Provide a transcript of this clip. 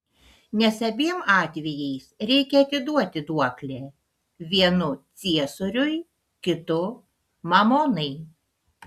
nes abiem atvejais reikia atiduoti duoklę vienu ciesoriui kitu mamonai